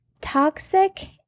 toxic